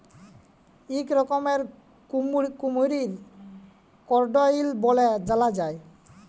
ইক রকমের কুমহির করকোডাইল ব্যলে জালা যায়